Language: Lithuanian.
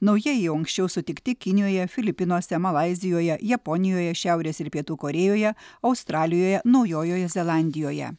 naujieji jau anksčiau sutikti kinijoje filipinuose malaizijoje japonijoje šiaurės ir pietų korėjoje australijoje naujojoje zelandijoje